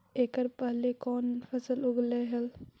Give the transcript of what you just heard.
एकड़ पहले कौन फसल उगएलू हा?